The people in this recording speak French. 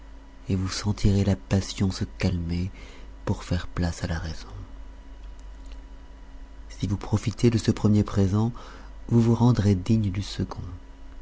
et vous sentirez la passion se calmer pour faire place à la raison si vous profitez de ce premier présent vous vous rendrez digne du second